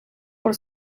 por